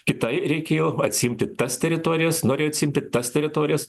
kitai reikėjo atsiimti tas teritorijas norėjo atsiimti tas teritorijas